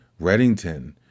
Reddington